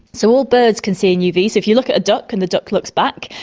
so all birds can see in uv. so if you look at a duck and the duck looks back,